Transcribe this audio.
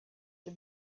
the